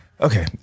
okay